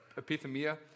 epithemia